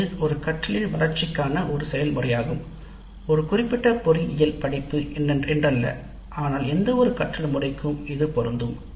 இது ஒரு கற்றலின் வளர்ச்சிக்கான ஒரு செயல்முறையாகும் ஒரு குறிப்பிட்ட பொறியியல் படிப்பு என்றல்ல ஆனால் எந்தவொரு கற்றல் முறைக்கும் இது பொருந்தும்